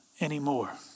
anymore